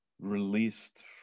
released